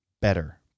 Better